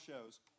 shows